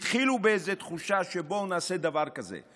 התחילו בתחושה שנעשה דבר כזה.